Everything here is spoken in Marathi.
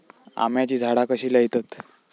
आम्याची झाडा कशी लयतत?